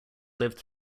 lived